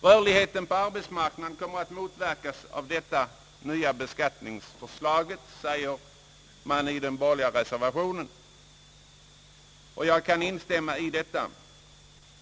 Rörligheten på arbetsmarknaden kommer att motverkas av det nya beskattningsförslaget, anförs det i den borgerliga reservationen, och jag kan instämma i detta.